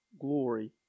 glory